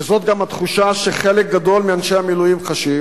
וזאת גם התחושה שחלק גדול מאנשי המילואים חשים,